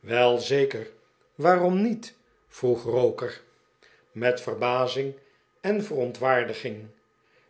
wel zeker waarom niet vroeg roker met verbazing en verontwaardiging